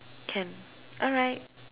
can all right